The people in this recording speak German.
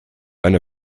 eine